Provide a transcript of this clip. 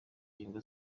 nyigo